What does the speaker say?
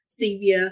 stevia